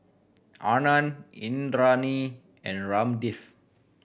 Anand Indranee and Ramdev